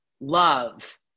love